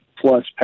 plus